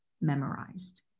memorized